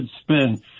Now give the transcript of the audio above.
spin